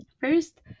First